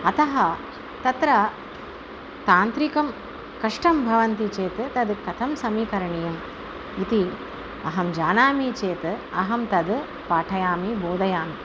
अतः तत्र तान्त्रिकं कष्टं भवति चेत् कथं समीकरणीयम् इति अहं जानामि चेत् अहं तद् पाठयामि बोधयामि